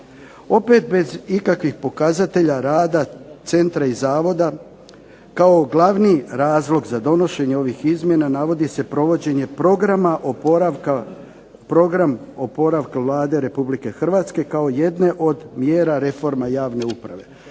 Opet bez ikakvih pokazatelja rada centra i zavoda kao glavni razlog za donošenje ovih izmjena navodi se provođenje programa oporavka Vlade RH kao jedne od mjera reforme javne uprave.